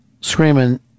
screaming